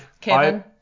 Kevin